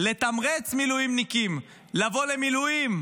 לתמרץ מילואימניקים לבוא למילואים.